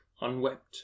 unwept